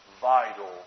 vital